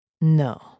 No